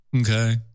Okay